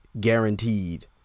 Guaranteed